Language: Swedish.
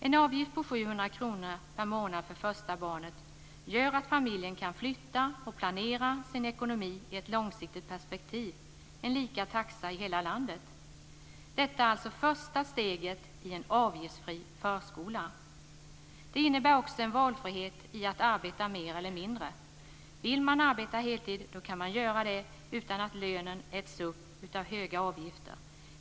En avgift på 700 kr per månad för första barnet gör att familjen kan flytta och planera sin ekonomi i ett långsiktigt perspektiv - en lika taxa i hela landet. Detta är alltså första steget mot en avgiftsfri förskola. Det innebär också en valfrihet i att arbeta mer eller mindre. Vill man arbeta heltid kan man göra det utan att lönen äts upp av höga avgifter.